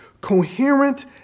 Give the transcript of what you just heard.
coherent